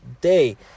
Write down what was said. day